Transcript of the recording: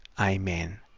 amen